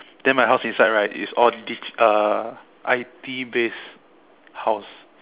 then my house inside right is all digital uh I_T based house